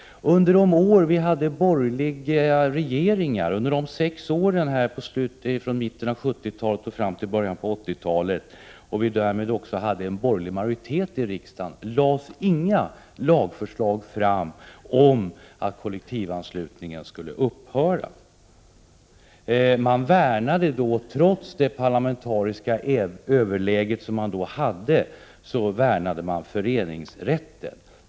Under de sex år vi hade borgerliga regeringar, från mitten av 70-talet till Prot. 1988/89:20 början av 80-talet, och därmed också borgerlig majoritet i riksdagen, lades 9 november 1988 inga lagförslag fram om att kollektivanslutningen skulle upphöra. Trots det parlamentariska överläget värnade man föreningsrätten.